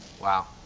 Wow